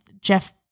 Jeff